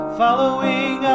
following